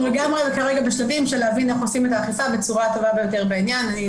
כרגע אנחנו בשלבים להבין איך עושים את האכיפה בצורה הטובה ביותר בעניין.